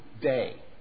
day